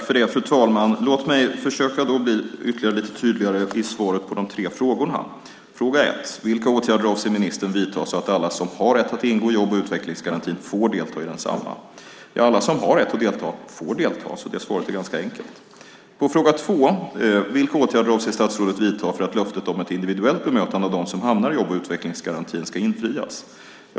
Fru talman! Låt mig försöka bli ytterligare lite tydligare i svaren på de tre frågorna. Fråga 1: Vilka åtgärder avser ministern att vidta så att alla som har rätt att ingå i jobb och utvecklingsgarantin får delta i densamma? Alla som har rätt att delta får delta. Det svaret är ganska enkelt. Fråga 2: Vilka åtgärder avser statsrådet att vidta för att löftet om ett individuellt bemötande av dem som hamnar i jobb och utvecklingsgarantin ska infrias?